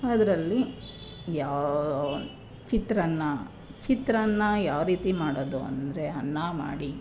ಅದರಲ್ಲಿ ಯಾ ಚಿತ್ರಾನ್ನ ಚಿತ್ರಾನ್ನ ಯಾವ ರೀತಿ ಮಾಡೋದು ಅಂದರೆ ಅನ್ನ ಮಾಡಿ